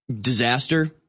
disaster